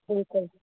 बिल्कुलु